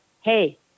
hey